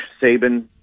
Saban